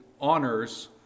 honors